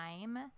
time